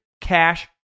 Cash